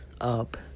up